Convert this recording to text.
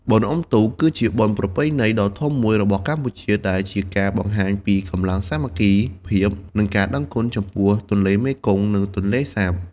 បុណ្យអុំទូក គឺជាបុណ្យប្រពៃណីដ៏ធំមួយរបស់កម្ពុជា ដែលជាការបង្ហាញពីកម្លាំងសាមគ្គីភាព និងការដឹងគុណចំពោះទន្លេមេគង្គ និងទន្លេសាប។